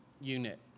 unit